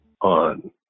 on